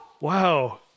Wow